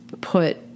put